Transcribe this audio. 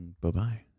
bye-bye